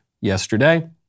yesterday